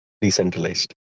decentralized